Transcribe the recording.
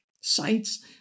sites